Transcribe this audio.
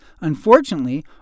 unfortunately